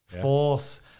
Force